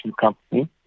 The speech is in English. company